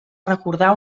recordar